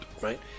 Right